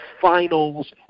finals